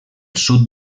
sud